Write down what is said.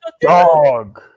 Dog